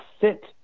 sit